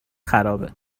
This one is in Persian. خرابه